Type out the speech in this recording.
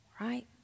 right